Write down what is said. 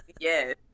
Yes